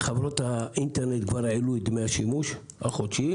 וחברות האינטרנט כבר העלו את דמי השימוש החודשיים.